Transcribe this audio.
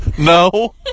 No